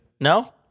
No